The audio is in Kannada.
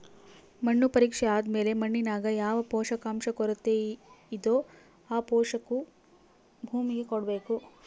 ಮಣ್ಣು ಪರೀಕ್ಷೆ ಆದ್ಮೇಲೆ ಮಣ್ಣಿನಾಗ ಯಾವ ಪೋಷಕಾಂಶ ಕೊರತೆಯಿದೋ ಆ ಪೋಷಾಕು ಭೂಮಿಗೆ ಕೊಡ್ಬೇಕು